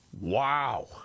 Wow